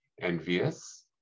envious